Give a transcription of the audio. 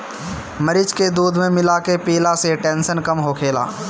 मरीच के दूध में मिला के पियला से टेंसन कम होखेला